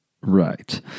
Right